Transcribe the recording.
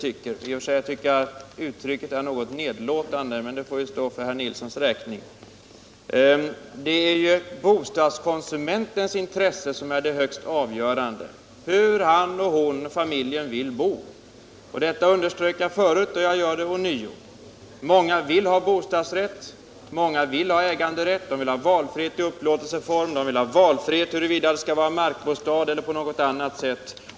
I och för sig tycker jag att det uttrycket är något nedlåtande, men det får stå för herr Nilssons räkning. Det är ju bostadskonsumentens intresse som är det avgörande, alltså hur han, hon och familjen vill bo. Det underströk jag tidigare, och nu upprepar jag det. Många människor vill ha bostadsrätt eller äganderätt, de vill ha valfrihet i upplåtelseformerna och valfrihet när det gäller markbostad eller annan bostad.